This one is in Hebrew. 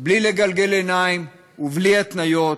בלי לגלגל עיניים ובלי התניות.